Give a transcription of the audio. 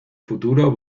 futuro